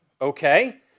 Okay